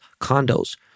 condos